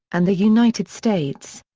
and the united states.